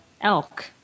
elk